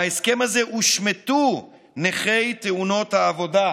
מההסכם הזה הושמטו נכי תאונות העבודה,